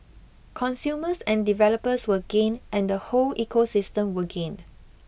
consumers and developers will gain and the whole ecosystem will gain